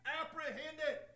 apprehended